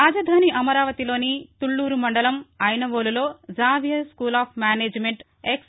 రాజధాని అమరావతిలోని తుళ్ళూరు మండలం ఐనవోలులో జావియర్ స్కూల్ ఆఫ్ మేనేజ్మెంట్విద్యా ఎక్స్